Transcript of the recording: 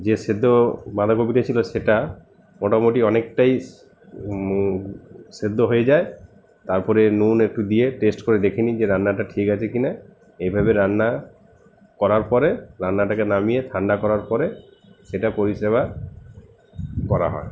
যে সেদ্ধ বাঁধাকপিটা ছিল সেটা মোটামুটি অনেকটাই সেদ্ধ হয়ে যায় তারপরে নুন একটু দিয়ে টেস্ট করে দেখে নিই যে রান্নাটা ঠিক আছে কি না এইভাবে রান্না করার পরে রান্নাটাকে নামিয়ে ঠান্ডা করার পরে সেটা পরিষেবা করা হয়